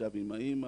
ישב עם האמא,